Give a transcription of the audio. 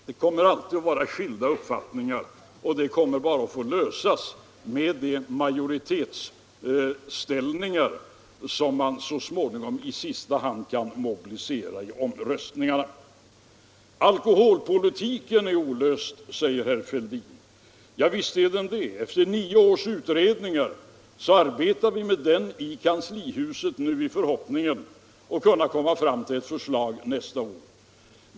Det kommer alltid att finnas skilda uppfattningar, och frågorna kommer att få lösas med hjälp av de majoritetsställningar som i sista hand mobiliseras vid omröstningarna. Alkoholpolitiken är olöst, säger herr Fälldin. Ja, visst är den det. Efter nio års utredningar arbetar vi nu med frågan i kanslihuset i förhoppning att få fram ett förslag nästa år.